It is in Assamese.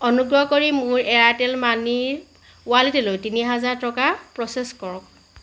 অনুগ্ৰহ কৰি মোৰ এয়াৰটেল মানিৰ ৱালেটলৈ তিনি হাজাৰ টকা প্ৰ'চেছ কৰক